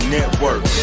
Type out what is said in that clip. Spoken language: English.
Network